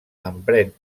emprèn